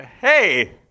hey